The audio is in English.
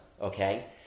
okay